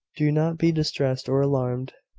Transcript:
do not be distressed or alarmed.